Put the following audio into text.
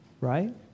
right